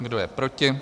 Kdo je proti?